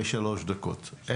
אני